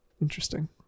interesting